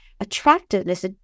attractiveness